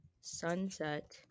sunset